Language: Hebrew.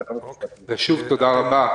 תודה רבה.